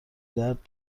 درد